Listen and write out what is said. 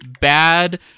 bad